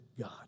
God